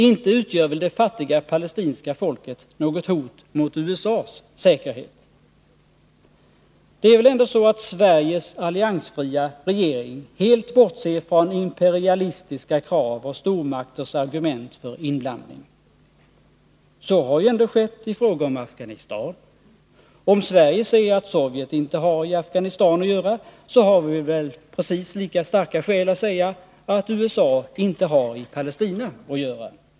Inte utgör väl det fattiga palestinska folket något hot mot USA:s säkerhet? Det är väl ändå så, att Sveriges alliansfria regering helt bortser från imperialistiska krav och stormakters argument för inblandning? Så har ju ändå skett i fråga om Afghanistan. Om Sverige säger att Sovjet inte har i Afghanistan att göra, har vi väl precis lika starka skäl att säga att USA inte hari Palestina att göra.